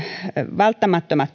välttämättömät